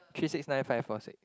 three six nine five four six